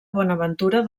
bonaventura